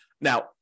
now